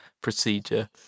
procedure